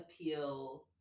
appeal